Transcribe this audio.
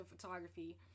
photography